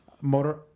Motor